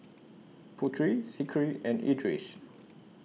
Putri Zikri and Idris